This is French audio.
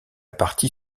partie